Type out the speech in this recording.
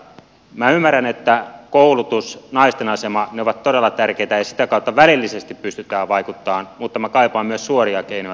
minä ymmärrän että koulutus naisten asema ovat todella tärkeitä ja sitä kautta välillisesti pystytään vaikuttamaan mutta minä kaipaan myös suoria keinoja tähän asiaan